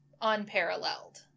unparalleled